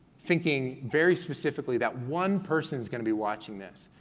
thinking very specifically that one person's gonna be watching this.